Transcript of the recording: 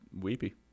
weepy